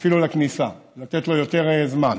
אפילו בכניסה, לתת לו יותר זמן.